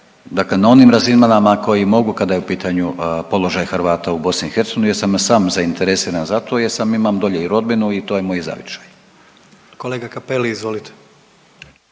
dakle na onim razinama na kojim mogu kada je u pitanju položaj Hrvata u BiH jer sam i sam zainteresiran za to jer sam, imam dolje i rodbinu i to je moj zavičaj. **Jandroković,